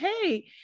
Hey